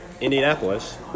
Indianapolis